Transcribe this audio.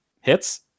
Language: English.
Hits